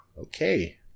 Okay